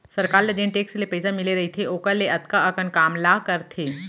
सरकार ल जेन टेक्स ले पइसा मिले रइथे ओकर ले अतका अकन काम ला करथे